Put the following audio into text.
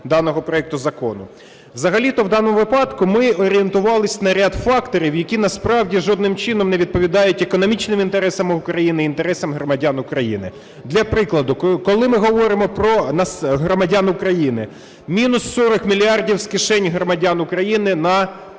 даного проекту закону. Взагалі-то в даному випадку ми орієнтувалися на ряд факторів, які насправді жодним чином не відповідають економічним інтересам України, інтересам громадян України. Для прикладу, коли ми говоримо про громадян України, мінус 40 мільярдів з кишені громадян України на